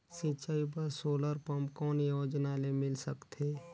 सिंचाई बर solar pump कौन योजना ले मिल सकथे?